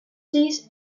this